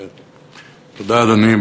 תודה, אדוני.